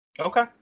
Okay